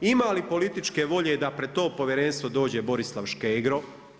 Ima li političke volje da pred to povjerenstvo dođe Borislav Škegro?